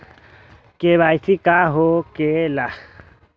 KYC का हो के ला?